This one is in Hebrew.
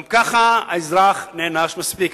גם ככה האזרח נענש מספיק.